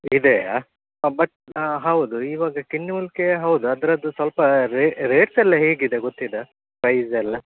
ಇದೆಯಾ ಹಾಂ ಬಟ್ ಹಾಂ ಹೌದು ಇವಾಗ ಕಿನ್ನಿಮೂಲ್ಕಿ ಹೌದು ಅದರದು ಸ್ವಲ್ಪಾ ರೇಟ್ಸ್ ಎಲ್ಲ ಹೇಗಿದೆ ಗೊತ್ತಿದೆಯ ಪ್ರೈಸ್ ಎಲ್ಲ